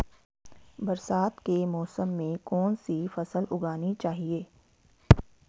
बरसात के मौसम में कौन सी फसल उगानी चाहिए?